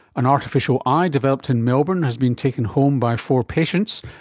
an artificial eye developed in melbourne has been taken home by four patients.